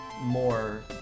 more